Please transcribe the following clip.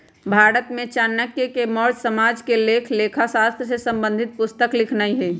भारत में चाणक्य ने मौर्ज साम्राज्य के लेल लेखा शास्त्र से संबंधित पुस्तक लिखलखिन्ह